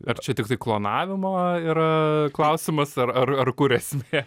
ar čia tiktai klonavimo yra klausimas ar ar ar kur esmė